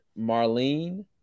Marlene